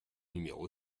numéro